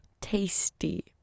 Tasty